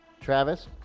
Travis